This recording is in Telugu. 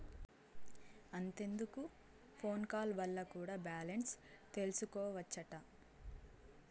అంతెందుకు ఫోన్ కాల్ వల్ల కూడా బాలెన్స్ తెల్సికోవచ్చట